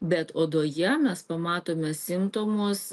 bet odoje mes pamatome simptomus